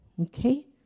okay